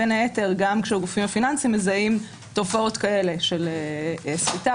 בין היתר גם כשהגופים הפיננסים מזהים תופעות כאלה של סחיטה,